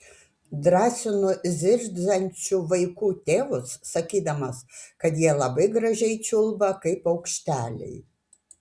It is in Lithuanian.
drąsinu zirziančių vaikų tėvus sakydamas kad jie labai gražiai čiulba kaip paukšteliai